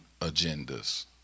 agendas